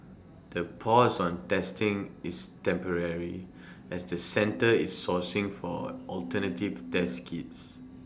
the pause on testing is temporary as the center is sourcing for alternative test kits